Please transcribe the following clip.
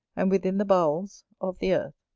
and within the bowels of, the earth.